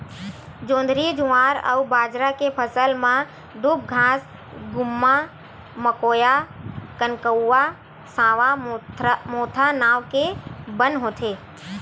जोंधरी, जुवार अउ बाजरा के फसल म दूबघास, गुम्मा, मकोया, कनकउवा, सावां, मोथा नांव के बन होथे